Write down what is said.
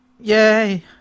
Yay